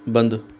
बंद